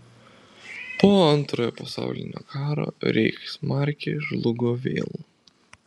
po antrojo pasaulinio karo reichsmarkė žlugo vėl